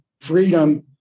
freedom